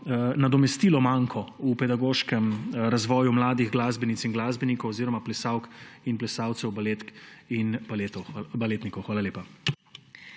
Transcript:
nadomestilo manko v pedagoškem razvoju mladih glasbenic in glasbenikov oziroma plesalk in plesalcev, baletk in baletnikov? Hvala lepa.